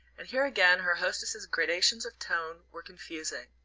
and here again her hostess's gradations of tone were confusing.